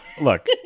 Look